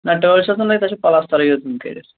نہَ ٹٲل چھَس نہٕ لٲگِتھ تَتھ چھِ پَلَستَرے یوٚت کٔرِتھ